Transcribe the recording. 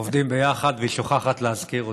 עובדים ביחד והיא שוכחת להזכיר אותי.